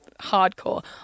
hardcore